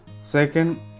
Second